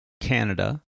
Canada